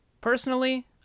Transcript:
Personally